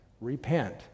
repent